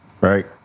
Right